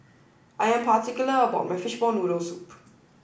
I am particular about my Fishball Noodle Soup